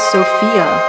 Sophia